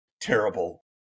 terrible